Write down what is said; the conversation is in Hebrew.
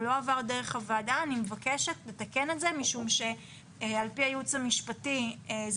לא עבר דרך הוועדה אני מבקשת לתקן את זה משום שעל פי הייעוץ המשפטי זה